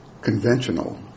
conventional